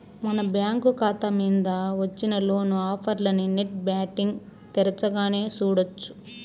మన బ్యాంకు కాతా మింద వచ్చిన లోను ఆఫర్లనీ నెట్ బ్యాంటింగ్ తెరచగానే సూడొచ్చు